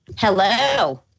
Hello